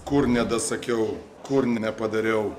kur nedasakiau kur nepadariau